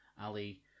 Ali